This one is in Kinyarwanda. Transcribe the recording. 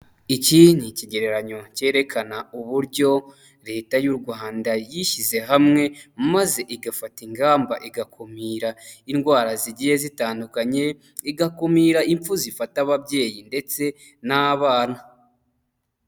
Iki ni ikigereranyo cyerekana uburyo leta y'u Rwanda yishyize hamwe maze igafata ingamba igakumira indwara zigiye zitandukanye, igakumira impfu zifata ababyeyi ndetse n'abana.